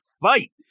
fight